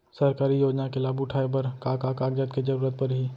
सरकारी योजना के लाभ उठाए बर का का कागज के जरूरत परही